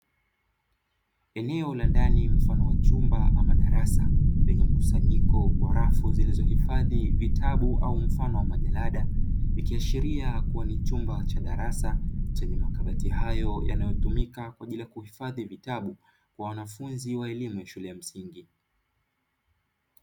Eneo la ndani mfano wa chumba ama darasa lenye mkusanyiko wa rafu zilizohifadhi vitabu au mfano wa majalada, vikiashiria kuwa ni chumba cha darasa chenye makabati hayo yanayotumika kwa ajili ya kuhifadhi vitabu kwa wanafunzi wa elimu ya shule ya msingi.